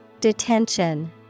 Detention